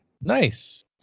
Nice